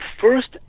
first